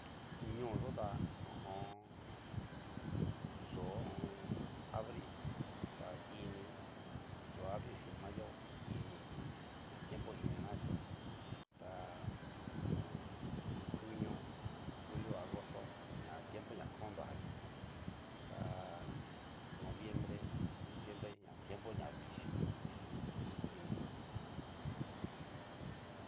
Ñóo yó ta ho o on. yo'o ho o on. abril, ta ini yo'o abril xin mayo ini ña tiempo ini ña achio tá, ho o on, junio, julio, agosto ña tiempo ña kon davii ta. noviembre, diciembre ña tiempo ña vichii, vichii, vichii kini aja.